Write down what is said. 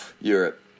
Europe